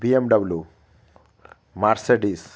BMW Mercedes